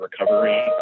recovery